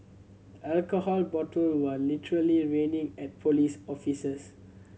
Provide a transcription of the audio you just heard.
alcohol bottle were literally raining at police officers